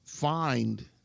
find